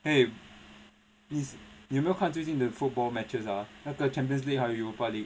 eh this 你有没有看最近的 football matches ah 那个 champions league 还有 europa league